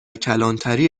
کلانتری